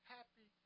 Happy